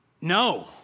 No